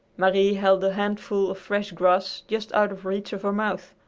marie held a handful of fresh grass just out of reach of her mouth.